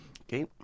Okay